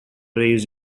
raised